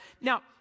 Now